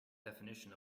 definition